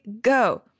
go